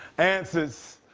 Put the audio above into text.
answers.